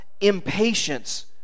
impatience